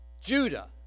Judah